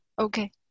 Okay